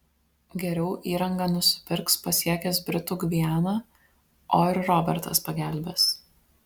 geriau įrangą nusipirks pasiekęs britų gvianą o ir robertas pagelbės